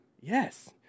Yes